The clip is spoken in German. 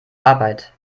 arbeit